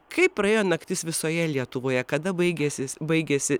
kaip praėjo naktis visoje lietuvoje kada baigėsi baigėsi